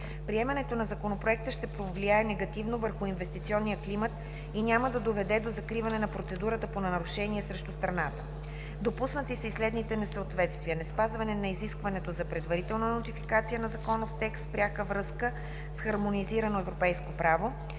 Приемането на Законопроекта ще повлияе негативно върху инвестиционния климат и няма да доведе до закриване на процедурата по нарушение срещу страната. Допуснати са и следните несъответствия – неспазване на изискването за предварителна нотификация на законов текст в пряка връзка с хармонизирано европейско право,